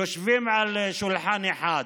יושבות על שולחן אחד,